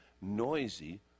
noisy